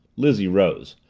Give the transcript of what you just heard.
lizzie rose.